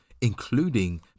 including